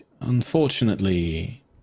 unfortunately